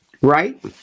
Right